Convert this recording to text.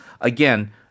again